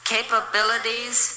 Capabilities